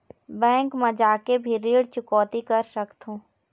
Bank मा जाके भी ऋण चुकौती कर सकथों?